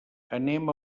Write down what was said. anem